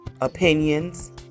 opinions